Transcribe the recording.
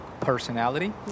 personality